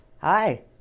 Hi